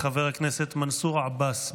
חבר הכנסת מנסור עבאס,